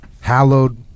hallowed